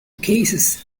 cases